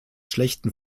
schlechten